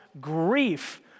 grief